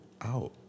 out